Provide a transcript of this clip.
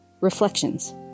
reflections